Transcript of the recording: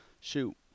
shoot